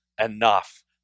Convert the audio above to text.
enough